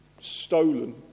stolen